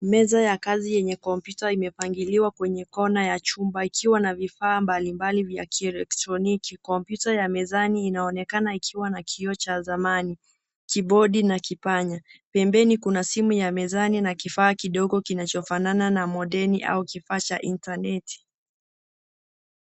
Meza ya kazi yenye kompyuta imepangiliwa kwenye kona ya chumba ikiwa na vifaa mbalimbali vya kielektroniki. Kompyuta ya mezani inaonekana ikiwa na kioo cha zamani, kibodi na kipanya. Pembeni kuna simu ya mezani na kifaa kidogo kinachofanana na modeni au kifaa cha intaneti.